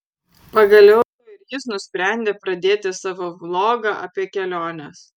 pagaliau ir jis nusprendė pradėti savo vlogą apie keliones